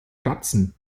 kratzen